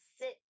sit